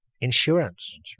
insurance